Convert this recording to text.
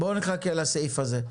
בואו נחכה לסעיף הזה.